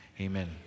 Amen